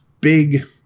Big